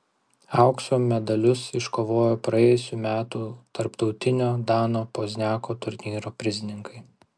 aukso medalius iškovojo praėjusių metų tarptautinio dano pozniako turnyro prizininkai